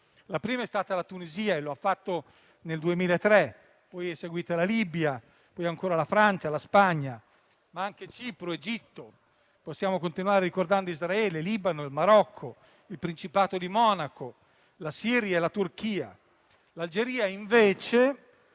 La prima è stata la Tunisia, che lo ha fatto nel 2003, poi è seguita la Libia, poi ancora la Francia, la Spagna, ma anche Cipro ed Egitto; possiamo continuare ricordando Israele, Libano, Marocco, il Principato di Monaco, Siria e Turchia. L'Algeria, invece,